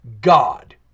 God